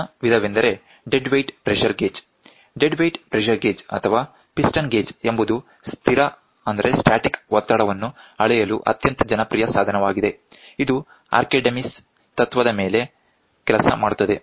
ಮುಂದಿನ ವಿಧವೆಂದರೆ dead weight pressure gauge dead weight pressure gauge ಅಥವಾ ಪಿಸ್ಟನ್ ಗೇಜ್ ಎಂಬುದು ಸ್ಥಿರ ಒತ್ತಡವನ್ನು ಅಳೆಯಲು ಅತ್ಯಂತ ಜನಪ್ರಿಯ ಸಾಧನವಾಗಿದೆ ಇದು ಆರ್ಕಿಮಿಡಿಸ್ ತತ್ವದ ಮೇಲೆ ಕೆಲಸ ಮಾಡುತ್ತದೆ